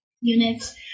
units